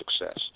success